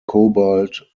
cobalt